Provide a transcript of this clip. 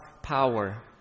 power